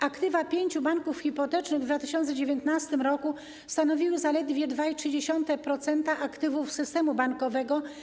Aktywa pięciu banków hipotecznych w 2019 r. stanowiły zaledwie 2,3% aktywów systemu bankowego.